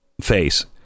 face